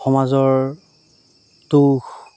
সমাজৰ দুখ